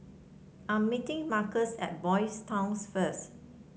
I'm meeting Marcus at Boys' Town first